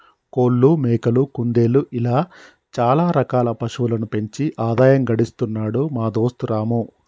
కోళ్లు మేకలు కుందేళ్లు ఇలా చాల రకాల పశువులను పెంచి ఆదాయం గడిస్తున్నాడు మా దోస్తు రాము